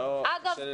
אגב,